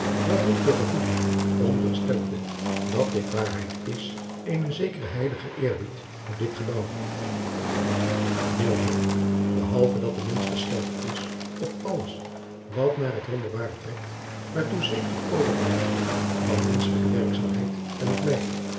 waarom toch gevoel ik onderstellende dat dit waarheid is eenen zekeren heiligen eerbied voor dit gebouw ehalve dat de mensch gesteld is op alles wat naar het wonderbare trekt waartoe zeker het overblijffel van menschelijke werkzaamheid en vlijt